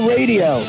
Radio